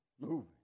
moving